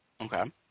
Okay